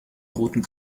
roten